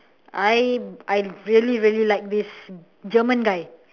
I I really really like this german guy